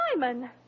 Simon